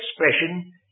expression